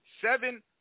seven